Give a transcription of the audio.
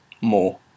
more